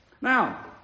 Now